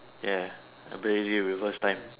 ya ability reverse time